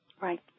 Right